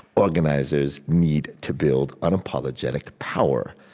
organizers need to build unapologetic power.